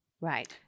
right